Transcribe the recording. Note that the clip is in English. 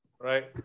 right